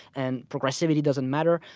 and progressivity doesn't matter.